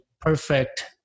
perfect